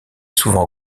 souvent